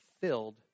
filled